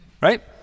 right